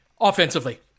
Offensively